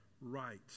right